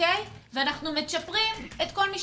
ואנחנו מצ'פרים את כול מי